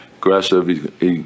aggressive